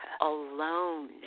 alone